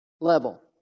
level